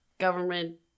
Government